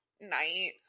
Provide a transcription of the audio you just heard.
night